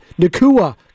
Nakua